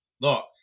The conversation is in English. Look